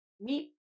meat